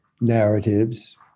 narratives